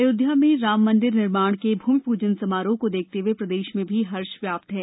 अयोध्या में राममंदिर निर्माण के भूमि पूजन समारोह को देखते हए प्रदेश में भी हर्ष व्याप्त है